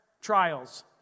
trials